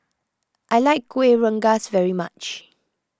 I like Kuih Rengas very much